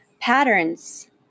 patterns